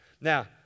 Now